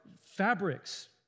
fabrics